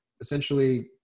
essentially